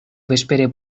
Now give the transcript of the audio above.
vespere